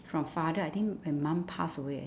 from father I think when mum passed away I